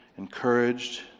encouraged